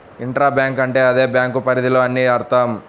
intra bank అంటే అదే bank పరిధిలో అని అర్థం